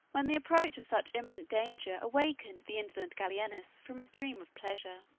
when the approach of such imminent danger awakened the indolent gallienus from his dream of pleasure.